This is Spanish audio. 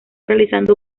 realizando